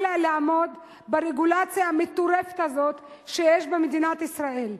לעמוד ברגולציה המטורפת הזאת שיש במדינת ישראל.